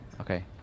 Okay